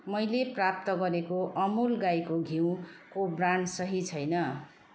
मैले प्राप्त गरेको अमुल गाईको घिउको ब्रान्ड सही छैन